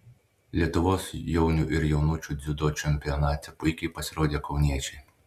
lietuvos jaunių ir jaunučių dziudo čempionate puikiai pasirodė kauniečiai